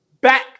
back